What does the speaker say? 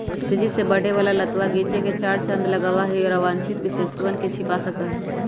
तेजी से बढ़े वाला लतवा गीचे में चार चांद लगावा हई, और अवांछित विशेषतवन के छिपा सका हई